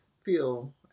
feel